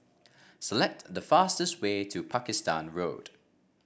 select the fastest way to Pakistan Road